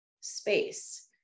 space